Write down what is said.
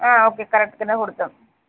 okay కరెక్ట్గానే కుడుతాం